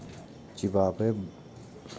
चिबाबै बला कीड़ा अक्सर पौधा के पात कें खाय छै